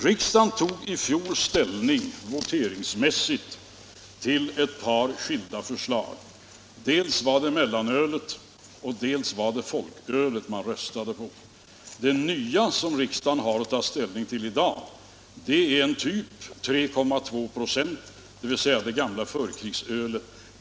Riksdagen voterade i fjol om ett par olika förslag; dels om mellanölet, dels om det s.k. folkölet. Det nya som riksdagen har att ta ställning till i dag är ett öl med alkoholhalten 3,2 96, dvs. det gamla förkrigsölet.